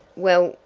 well,